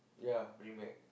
ya bring back